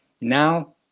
Now